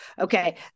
Okay